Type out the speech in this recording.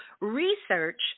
research